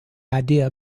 idea